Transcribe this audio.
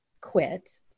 quit